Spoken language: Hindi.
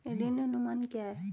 ऋण अनुमान क्या है?